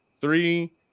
three